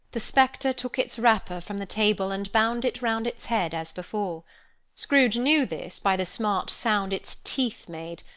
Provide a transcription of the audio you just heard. the spectre took its wrapper from the table, and bound it round its head, as before. scrooge knew this, by the smart sound its teeth made,